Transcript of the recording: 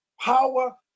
power